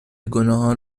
گناهان